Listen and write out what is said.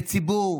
בציבור.